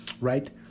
right